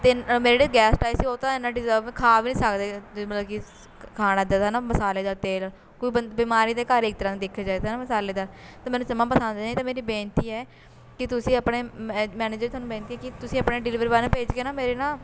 ਅਤੇ ਮੇਰੇ ਜਿਹੜੇ ਗੈਸਟ ਆਏ ਸੀ ਉਹ ਤਾਂ ਇੰਨਾ ਡਿਜਰਵ ਖਾ ਵੀ ਨਹੀਂ ਸਕਦੇ ਮਤਲਬ ਕਿ ਖਾਣਾ ਇੱਦਾਂ ਦਾ ਹੈ ਨਾ ਮਸਾਲੇ ਦਾ ਤੇਲ ਕੋਈ ਬੰ ਬਿਮਾਰੀ ਦਾ ਘਰ ਇੱਕ ਤਰ੍ਹਾਂ ਦੇਖਿਆ ਜਾਏ ਤਾ ਮਸਾਲੇ ਦਾ ਅਤੇ ਮੈਨੂੰ ਜਮਾਂ ਪਸੰਦ ਨਹੀਂ ਅਤੇ ਮੇਰੀ ਬੇਨਤੀ ਹੈ ਕਿ ਤੁਸੀਂ ਆਪਣੇ ਮੈਨੇਜਰ ਤੁਹਾਨੂੰ ਬੇਨਤੀ ਕਿ ਤੁਸੀਂ ਆਪਣੇ ਡਿਲੀਵਰੀ ਵਾਲੇ ਨੂੰ ਭੇਜ ਕੇ ਨਾ ਮੇਰੇ ਨਾ